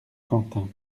quentin